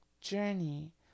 journey